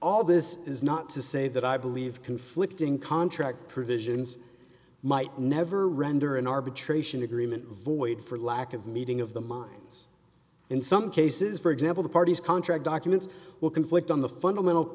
all this is not to say that i believe conflicting contract provisions might never render an arbitration agreement void for lack of meeting of the minds in some cases for example the party's contract documents will conflict on the fundamental